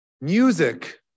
Music